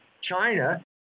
China